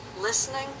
listening